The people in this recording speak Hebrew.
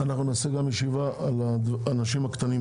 ואנחנו נעשה גם ישיבה על האנשים הקטנים,